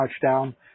touchdown